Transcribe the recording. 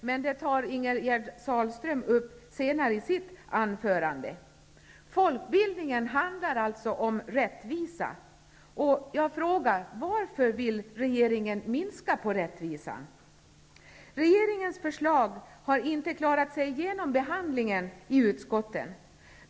Men den frågan tar Ingegerd Sahlström upp senare i sitt anförande. Folkbildning handlar alltså om rättvisa. Jag frågar: Regeringens förslag har inte klarat sig genom behandlingen i utskottet.